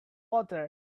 water